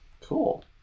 Cool